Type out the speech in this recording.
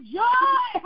joy